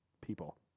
people